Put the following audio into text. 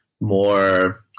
more